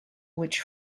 which